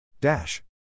Dash